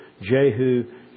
Jehu